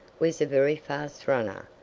was a very fast runner,